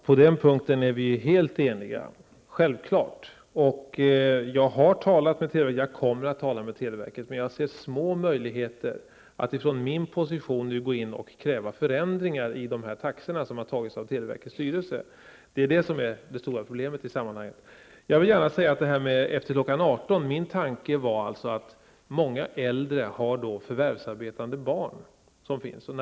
Fru talman! På den punkten är vi självfallet helt eniga. Jag har talat med televerket, och jag kommer att tala med televerket. Men jag ser små möjligheter att från min position nu gå in och kräva förändringar i de taxor som har beslutats av televerkets styrelse. Det är det som är det stora problemet i sammanhanget. Min tanke med att påpeka att det är billigare att ringa efter kl. 18.00 var att många äldre har förvärvsarbetande barn som då finns hemma.